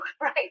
right